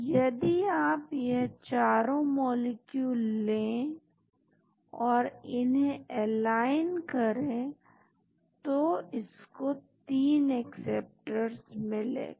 तो यदि आप यह चारों मॉलिक्यूल ले और उन्हें एलाइन करें तो इसको तीन एक्सेप्टर्स मिले